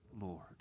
Lord